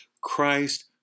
Christ